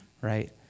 right